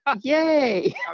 yay